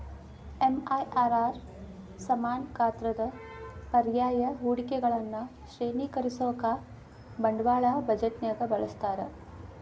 MIRR ಸಮಾನ ಗಾತ್ರದ ಪರ್ಯಾಯ ಹೂಡಿಕೆಗಳನ್ನ ಶ್ರೇಣೇಕರಿಸೋಕಾ ಬಂಡವಾಳ ಬಜೆಟ್ನ್ಯಾಗ ಬಳಸ್ತಾರ